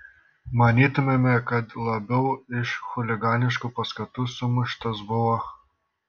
manytumėme kad labiau iš chuliganiškų paskatų sumuštas buvo